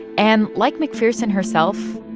and like mcpherson herself,